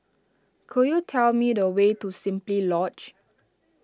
could you tell me the way to Simply Lodge